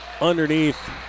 underneath